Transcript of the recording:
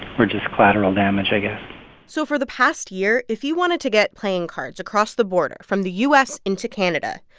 we're just collateral damage, i guess so for the past year, if you wanted to get playing cards across the border from the u s. into canada,